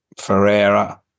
ferreira